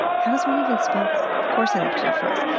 how does one even spell that? of course i looked it up for us,